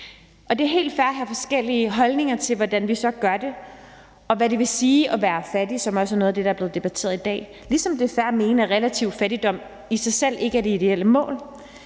Det er helt fair at have forskellige holdninger til, hvordan vi så gør det, og hvad det vil sige at være fattig, som også er noget af det, der er blevet debatteret i dag, ligesom det er fair at mene, at relativ fattigdom i sig selv ikke er det ideelle mål.